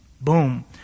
boom